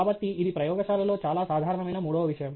కాబట్టి ఇది ప్రయోగశాలలో చాలా సాధారణమైన మూడవ విషయం